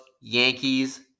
Yankees